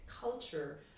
culture